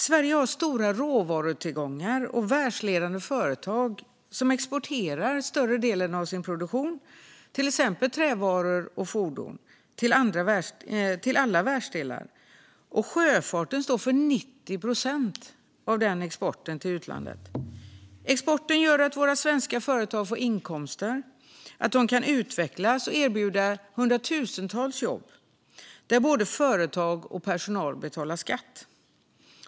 Sverige har stora råvarutillgångar och världsledande företag som exporterar större delen av sin produktion, till exempel trävaror och fordon, till alla världsdelar. Sjöfarten står för 90 procent av vår export till utlandet. Exporten gör att våra svenska företag får inkomster. De kan då utvecklas och erbjuda hundratusentals jobb, där både företag och personal betalar skatt.